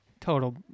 total